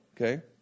okay